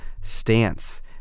stance